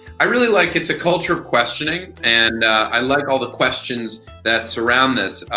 i really like it's a culture of questioning and i like all the questions that surround this.